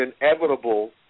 inevitable